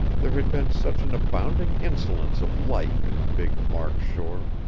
there had been such an abounding insolence of life in big mark shore.